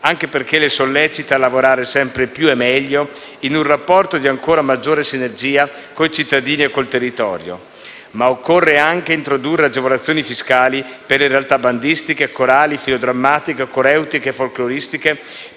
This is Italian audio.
anche perché le sollecita a lavorare sempre più e meglio, in un rapporto di ancora maggiore sinergia con i cittadini e con il territorio. Ma occorre anche introdurre agevolazioni fiscali per le realtà bandistiche, corali, filodrammatiche, coreutiche e folkloristiche